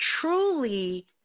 truly